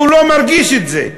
והוא לא מרגיש את זה.